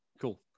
Cool